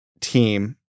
team